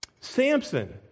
Samson